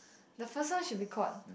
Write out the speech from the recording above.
the first one should be called